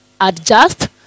adjust